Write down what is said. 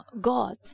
God